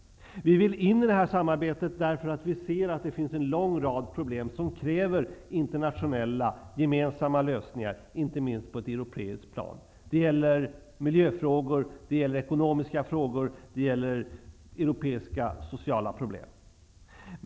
Vi vill in i samarbetet därför att vi ser att det finns en lång rad problem som kräver internationella, gemensamma lösningar, inte minst på ett europeiskt plan. Det gäller miljöfrågor, det gäller ekonomiska frågor, och det gäller europeiska sociala problem.